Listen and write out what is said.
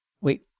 Wait